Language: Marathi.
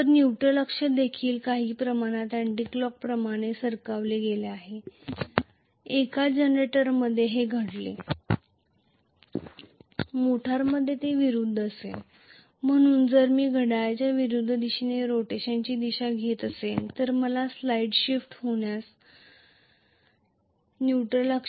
तर न्यूट्रॅल अक्ष देखील काही प्रमाणात अँटी क्लॉक प्रमाणे सरकविला गेला आहे एका जनरेटरमध्ये हे घडेल मोटरमध्ये ते विरुद्ध असेल म्हणून जर मी घड्याळाच्या विरूद्ध दिशेने रोटेशनची दिशा घेत असेल तर न्यूट्रॅल अक्षात स्लाइड शिफ्ट होईल